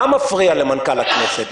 מה מפריע למנכ"ל הכנסת,